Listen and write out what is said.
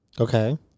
Okay